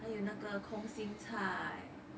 还有那个空心菜